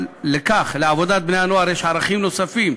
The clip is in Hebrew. בעבודת בני-הנוער יש ערכים נוספים,